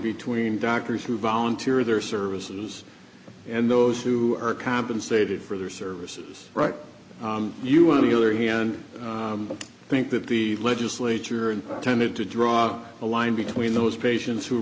between doctors who volunteer their services and those who are compensated for their services right you one of the other hand i think that the legislature and tended to draw a line between those patients who